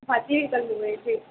भाजी करूंमेरची